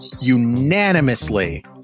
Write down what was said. unanimously